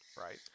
Right